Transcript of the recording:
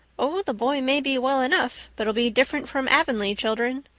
oh, the boy may be well enough, but he'll be different from avonlea children,